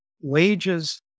wages